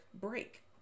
break